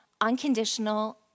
unconditional